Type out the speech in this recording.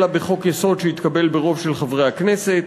אלא בחוק-יסוד שהתקבל ברוב של חברי הכנסת.